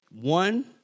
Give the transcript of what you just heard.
one